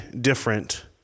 different